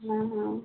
हाँ हाँ